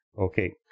Okay